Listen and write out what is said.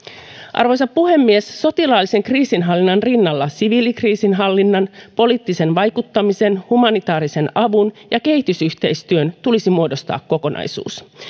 arvoisa puhemies sotilaallisen kriisinhallinnan rinnalla siviilikriisinhallinnan poliittisen vaikuttamisen humanitaarisen avun ja kehitysyhteistyön tulisi muodostaa kokonaisuus